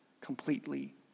completely